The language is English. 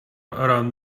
around